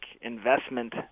investment